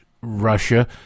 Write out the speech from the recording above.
Russia